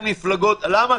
למה?